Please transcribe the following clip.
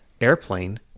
airplane